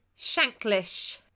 shanklish